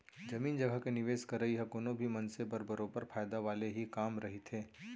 जमीन जघा के निवेस करई ह कोनो भी मनसे बर बरोबर फायदा वाले ही काम रहिथे